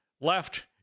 left